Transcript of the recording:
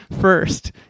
first